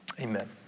Amen